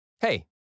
Hey